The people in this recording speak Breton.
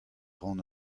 ran